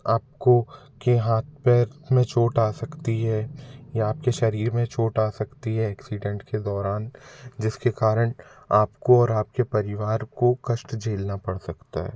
आपको के हाथ पैर में चोट आ सकती है या आपके शरीर में चोट आ सकती है एक्सीडेंट के दौरान जिसके कारण आपको और आपके परिवार को कष्ट झेलना पड़ सकता है